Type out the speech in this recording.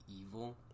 evil